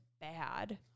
bad